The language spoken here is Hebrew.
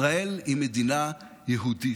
ישראל היא מדינה יהודית.